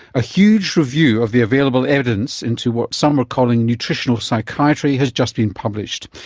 a huge review of the available evidence into what some are calling nutritional psychiatry has just been published.